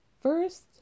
First